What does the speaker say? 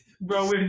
Bro